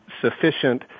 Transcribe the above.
sufficient